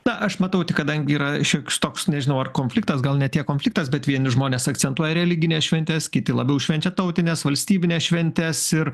na aš matau tik kadangi yra šioks toks nežinau ar konfliktas gal ne tiek konfliktas bet vieni žmonės akcentuoja religines šventes kiti labiau švenčia tautines valstybines šventes ir